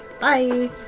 Bye